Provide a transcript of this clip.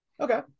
Okay